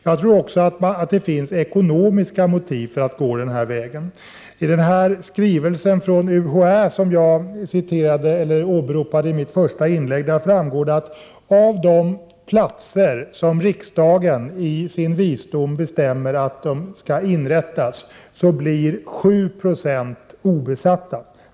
Jag tror också att det finns ekonomiska motiv för att gå den vägen. I den skrivelse från UHÄ som jag åberopade i mitt första inlägg framgår det att av de platser som riksdagen i sin visdom bestämmer skall inrättas blir 7 Je obesatta.